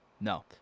no